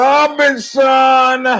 Robinson